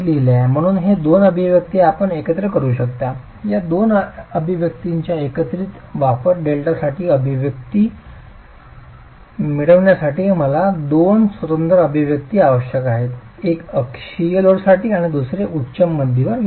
म्हणून हे 2 अभिव्यक्ती आपण एकत्र करू शकता या 2 अभिव्यक्तींचा एकत्रित वापर डेल्टासाठी अभिव्यक्ती मिळविण्यासाठी मला 2 स्वतंत्र अभिव्यक्ती आवश्यक आहेत एक अक्षीय लोडसाठी आणि दुसरे मध्यम उंचीवर विस्थापनासाठी